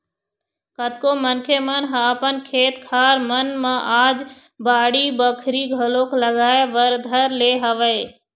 कतको मनखे मन ह अपन खेत खार मन म आज बाड़ी बखरी घलोक लगाए बर धर ले हवय